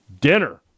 dinner